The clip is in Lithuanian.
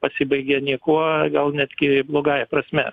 pasibaigė niekuo gal netgi blogąja prasme